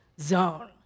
zone